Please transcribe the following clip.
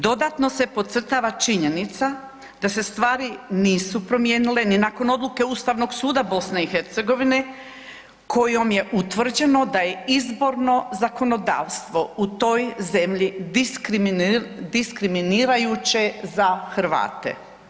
Dodatno se podcrtava činjenica da se stvari nisu promijenile ni nakon odluke Ustavnog suda BiH kojom je utvrđeno da je izborno zakonodavstvo u toj zemlji diskriminirajuće za Hrvate.